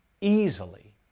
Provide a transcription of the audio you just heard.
easily